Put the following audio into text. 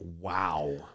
wow